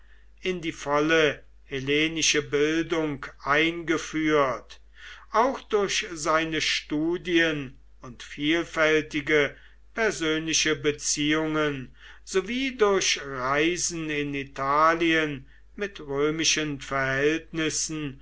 in die volle hellenische bildung eingeführt auch durch seine studien und vielfältige persönliche beziehungen sowie durch reisen in italien mit römischen verhältnissen